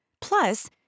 Plus